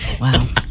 Wow